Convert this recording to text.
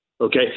Okay